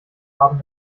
haben